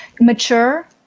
mature